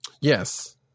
Yes